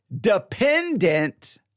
dependent